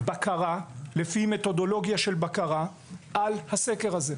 בקרה לפי מתודולוגיה של בקרה על הסקר הזה.